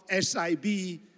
SIB